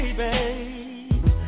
baby